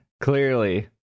Clearly